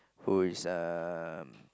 who is a